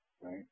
Right